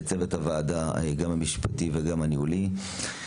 לצוות הוועדה, גם המשפטי וגם הניהולי.